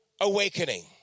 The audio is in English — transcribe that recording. awakening